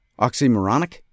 oxymoronic